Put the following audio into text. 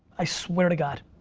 i swear to god.